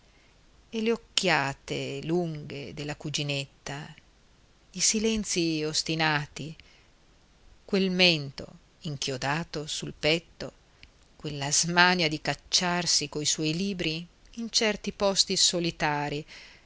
e le occhiate lunghe della cuginetta i silenzi ostinati quel mento inchiodato sul petto quella smania di cacciarsi coi suoi libri in certi posti solitari